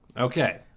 Okay